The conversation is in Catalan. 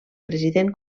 president